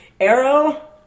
Arrow